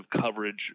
coverage